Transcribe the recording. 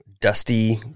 dusty